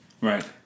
Right